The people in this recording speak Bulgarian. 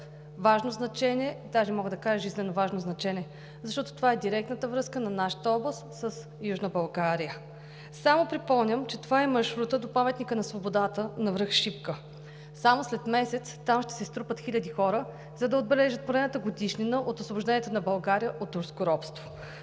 важно значение даже, мога да кажа жизненоважно значение, защото това е директната връзка на нашата област с Южна България. Припомням, че това е маршрутът до Паметника на свободата на връх Шипка. Само след месец там ще се струпат хиляди хора, за да отбележат поредната годишнина от Освобождението на България от турско робство.